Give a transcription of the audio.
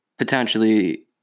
potentially